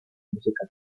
música